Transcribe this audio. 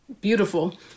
beautiful